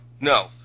no